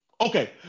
Okay